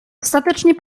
ostatecznie